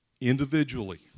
individually